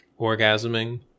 orgasming